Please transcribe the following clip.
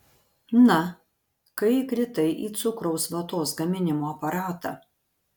na kai įkritai į cukraus vatos gaminimo aparatą